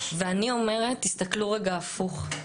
ואני אומרת תסתכלו רגע הפוך,